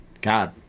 God